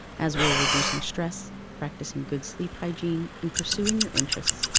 as will reducing stress, practicing good sleep hygiene and pursuing your interests,